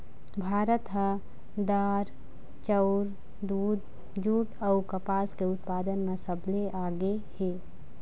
भारत ह दार, चाउर, दूद, जूट अऊ कपास के उत्पादन म सबले आगे हे